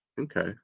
okay